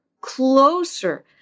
closer